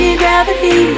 gravity